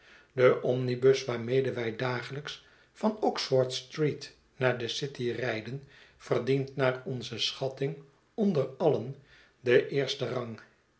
de omnibus waarmede wij dagelijks van oxford-street naar de city rijden verdient naar onze schatting onder alien den eersten rang